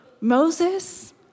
Moses